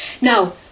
Now